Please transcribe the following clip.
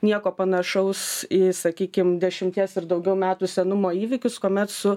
nieko panašaus į sakykim dešimties ir daugiau metų senumo įvykius kuomet su